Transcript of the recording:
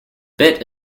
bit